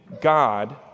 God